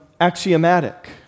axiomatic